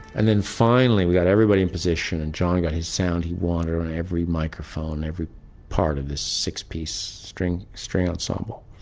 and then finally we got everybody in position and john got his sound he wanted on every microphone, every part of this six-piece string, string ensemble,